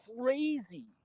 crazy